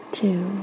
two